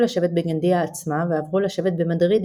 לשבת בגנדיה עצמה ועברו לשבת במדריד,